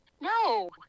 No